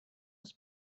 راست